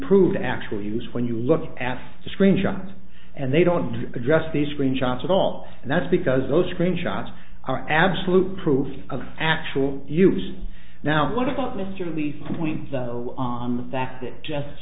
proved actual use when you look at the screen shots and they don't address the screen shots at all and that's because those screen shots are absolute rules of actual use now what about mr lee's point though on the fact that just